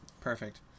Perfect